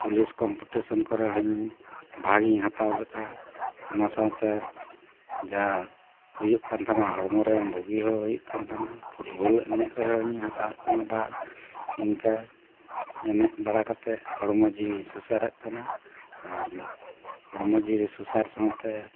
police competition ᱠᱚᱨᱮ ᱦᱚᱸᱧ ᱵᱷᱟᱜᱽ ᱤᱧ ᱦᱟᱛᱟᱣ ᱞᱮᱫᱟ ᱚᱱᱟ ᱥᱟᱶᱛᱮ ᱡᱟ ᱦᱩᱭᱩᱜ ᱠᱟᱱ ᱛᱟᱦᱮᱱᱟ ᱦᱚᱲᱢᱚᱨᱮ ᱵᱩᱜᱤ ᱦᱚᱸ ᱦᱩᱭᱩᱜ ᱠᱟᱱ ᱛᱟᱦᱮᱱᱟ ᱯᱷᱩᱴᱵᱚᱞ ᱮᱱᱮᱡ ᱨᱮᱦᱚᱧ ᱦᱟᱛᱟᱣᱮᱫ ᱛᱟᱦᱮᱱᱟ ᱵᱷᱟᱜᱽ ᱤᱱᱠᱟᱹ ᱮᱱᱮᱡ ᱵᱟᱲᱟ ᱠᱟᱛᱮᱫ ᱦᱚᱲᱢᱚ ᱡᱤᱣᱤᱧ ᱥᱩᱥᱟᱹᱨᱮᱫ ᱛᱟᱦᱮᱱᱟ ᱟᱨ ᱦᱚᱲᱢᱚ ᱡᱤᱣᱤ ᱥᱩᱥᱟᱹᱨ ᱥᱟᱶᱛᱮ